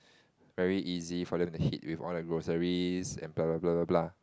very easy for them to hit with all the groceries and blah blah blah blah blah